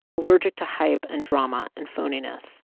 allergic to hype and drama and phoniness.